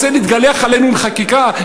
רוצה להתגלח עלינו עם חקיקה?